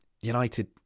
United